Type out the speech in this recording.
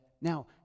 now